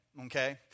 okay